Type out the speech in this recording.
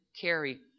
carry